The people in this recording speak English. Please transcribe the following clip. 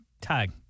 Tag